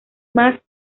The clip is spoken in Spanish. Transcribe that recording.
más